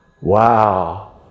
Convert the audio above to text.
wow